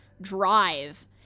drive